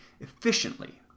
efficiently